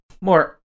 more